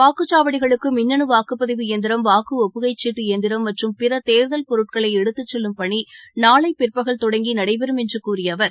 வாக்குச்சாவடிகளுக்கு மின்னணு வாக்குப்பதிவு இயந்திரம் வாக்கு ஒப்புகைச்சீட்டு இயந்திரம் மற்றும் பிற தேர்தல் பொருட்களை எடுத்து செல்லும் பணி நாளை பிற்பகல் தொடங்கி நடைபெறும் என்று கூறிய அவர்